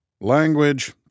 Language